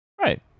right